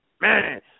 Man